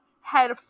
head